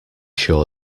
sure